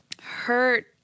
hurt